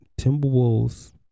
Timberwolves